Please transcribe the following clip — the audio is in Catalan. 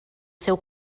seu